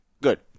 Good